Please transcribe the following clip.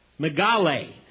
megale